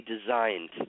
designed